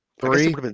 three